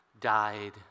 died